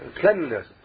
cleanliness